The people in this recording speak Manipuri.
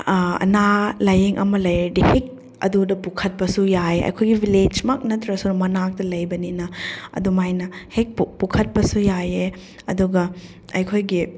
ꯑꯅꯥ ꯂꯥꯏꯌꯦꯡ ꯑꯃ ꯂꯩꯔꯗꯤ ꯍꯦꯛ ꯑꯗꯨꯗ ꯄꯨꯈꯠꯄꯁꯨ ꯌꯥꯏ ꯑꯩꯈꯣꯏꯒꯤ ꯚꯤꯂꯦꯖꯃꯛ ꯅꯠꯇ꯭ꯔꯁꯨ ꯃꯅꯥꯛꯇ ꯂꯩꯕꯅꯤꯅ ꯑꯗꯨꯃꯥꯏꯅ ꯍꯦꯛ ꯄꯨꯈꯠꯄꯁꯨ ꯌꯥꯏꯌꯦ ꯑꯗꯨꯒ ꯑꯩꯈꯣꯏꯒꯤ